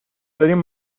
داریم